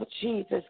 Jesus